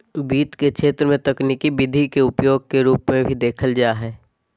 वित्त के क्षेत्र में तकनीकी विधि के उपयोग के रूप में भी देखल जा हइ